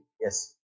yes